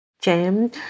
Jam